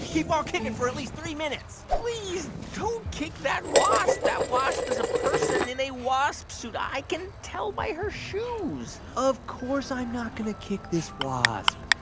keep on kicking and for at least three minutes please don't kick that wasp. that wasp is a person in a wasp suit. i can tell by her shoes of course i'm not going to kick this wasp.